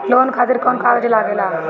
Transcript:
Loan खातिर कौन कागज लागेला?